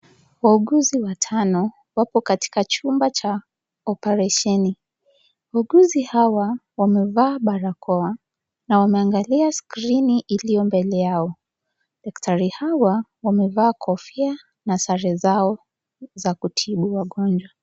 Wauguzi watano wapo katika chumba cha operesheni. Wauguzi hawa wamevaa barakoa na wameangalia skrini iliyo mbele yao. Daktari hawa wamevaa kofia na sare zao za kutibu wagonjwa.